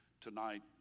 tonight